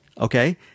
Okay